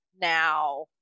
now